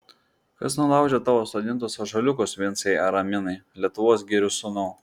kas nulaužė tavo sodintus ąžuoliukus vincai araminai lietuvos girių sūnau